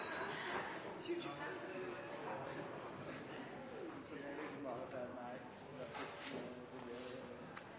synes det er